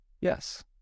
Yes